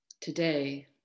Today